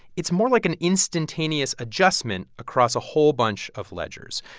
it's more like an instantaneous adjustment across a whole bunch of ledgers.